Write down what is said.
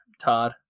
Todd